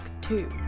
two